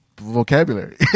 vocabulary